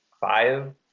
five